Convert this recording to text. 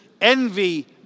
envy